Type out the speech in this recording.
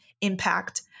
impact